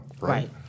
Right